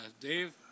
Dave